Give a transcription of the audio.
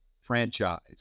franchise